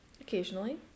Occasionally